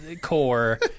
core